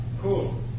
Cool